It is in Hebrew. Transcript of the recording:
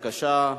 בבקשה.